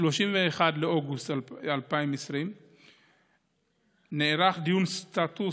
ב-31 באוגוסט 2020 נערך דיון סטטוס